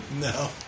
No